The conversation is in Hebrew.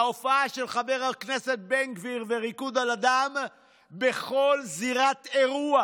ההופעה של חבר הכנסת בן גביר וריקוד על הדם בכל זירת אירוע